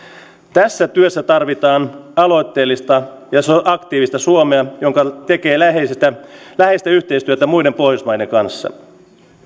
tässä työssä tarvitaan aloitteellista ja aktiivista suomea joka tekee läheistä läheistä yhteistyötä muiden pohjoismaiden kanssa